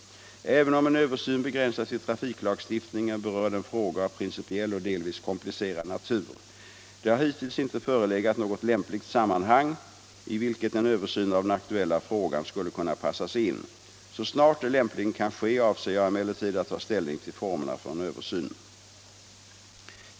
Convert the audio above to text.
Även om en översyn begränsas till trafiklagstiftningen, berör den frågor av principiell och delvis komplicerad natur. Det har hittills inte förelegat något lämpligt sammanhang i vilket en översyn av den aktuella frågan skulle kunna passas in. Så snart det lämpligen kan ske avser jag emellertid att ta ställning till formerna för en översyn.